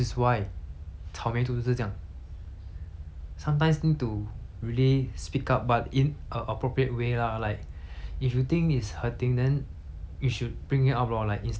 sometimes need to really speak up but in a appropriate way lah like if you think it's hurting then you should bring it up lor like instead of 自己收住 then 不要讲你不要讲谁会知道